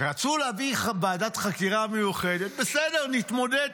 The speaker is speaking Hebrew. רצו להביא ועדת חקירה מיוחדת, בסדר, נתמודד.